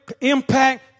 impact